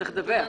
שצריך לדווח.